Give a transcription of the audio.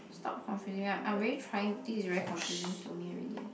stop confusing me I'm already trying this is very confusing to me already